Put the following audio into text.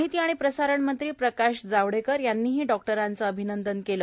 माहिती आणि प्रसारणमंत्री प्रकाश जावडेकर यांनीही डॉक्टराचं अभिनंदन केलं